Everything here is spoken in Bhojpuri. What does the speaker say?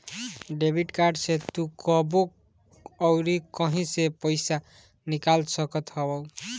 डेबिट कार्ड से तू कबो अउरी कहीं से पईसा निकाल सकत हवअ